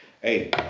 Hey